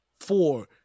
four